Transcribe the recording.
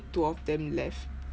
two of them left